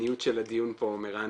שהענייניות של הדיון פה מרעננת.